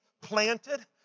planted